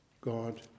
God